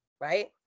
right